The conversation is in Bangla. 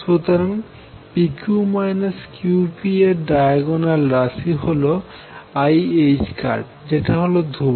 সুতরাং p q q p এর ডায়াগোনাল রাশি হল i যেটা হল ধ্রুবক